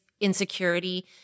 insecurity